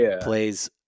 plays